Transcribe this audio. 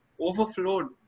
overflowed